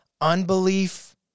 unbelief